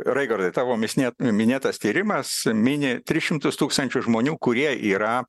raigardai tavo misnė minėtas tyrimas mini tris šimtus tūkstančių žmonių kurie yra